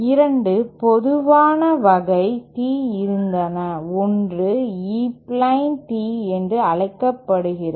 2 பொதுவான வகை Tees இருந்தன ஒன்று E பிளேன் Tee என்று அழைக்கப்படுகிறது